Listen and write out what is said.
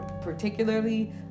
particularly